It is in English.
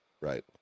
Right